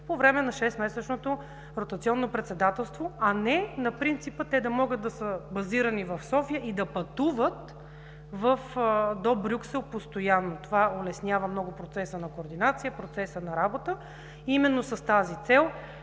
по време на 6 месечното ротационно председателство, а не на принципа те да са базирани в София и да пътуват до Брюксел постоянно. Това улеснява много процеса на координация, процеса на работа и именно с тази цел,